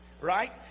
right